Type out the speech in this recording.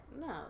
No